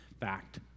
fact